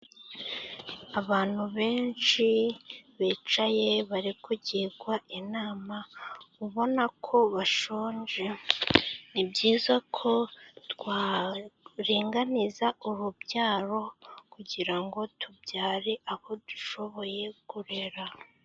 Abantu benshi bicaye bari kugigwa inama ubona ko bashonje ni byiza ko twaringaniza urubyaro kugira ngo tubyare abo dushoboye kurera.